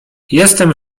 jestem